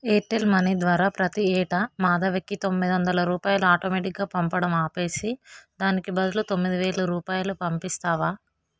ఎయిటెల్ money ద్వారా ప్రతీ ఏటా మాధవకి తొమ్మిదొందల రూపాయలు ఆటోమేటిక్గా పంపడం ఆపేసి దానికి బదులు తొమ్మిదివేలు రూపాయలు పంపిస్తావా